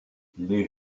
les